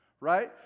Right